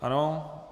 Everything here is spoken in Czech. Ano.